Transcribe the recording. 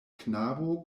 knabo